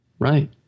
Right